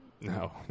No